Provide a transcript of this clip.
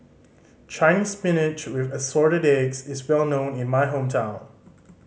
Chinese Spinach with Assorted Eggs is well known in my hometown